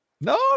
No